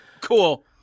Cool